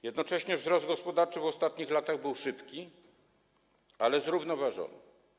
Jednocześnie wzrost gospodarczy w ostatnich latach był szybki, ale zrównoważony.